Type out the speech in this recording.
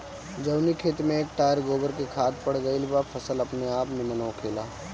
जवनी खेत में एक टायर गोबर के खाद पड़ गईल बा फसल अपनेआप निमन होखेला